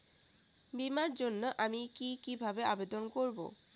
বিমার জন্য আমি কি কিভাবে আবেদন করব?